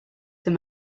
them